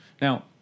Now